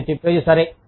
మీరు చెప్పేది సరే